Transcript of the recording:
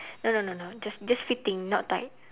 no no no no just just fitting not tight